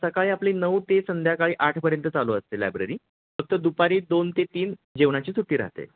सकाळी आपली नऊ ते संध्याकाळी आठपर्यंत चालू असते लायब्ररी फक्त दुपारी दोन ते तीन जेवणाची सुट्टी राहते